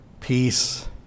peace